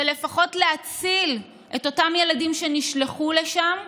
זה לפחות להציל את אותם ילדים שנשלחו לשם,